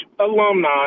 alumni